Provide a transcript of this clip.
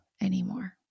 anymore